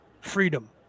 freedom